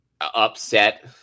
upset